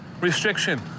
restriction